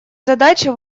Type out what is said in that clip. задача